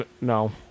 No